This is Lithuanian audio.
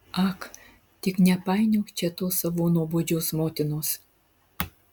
ak tik nepainiok čia tos savo nuobodžios motinos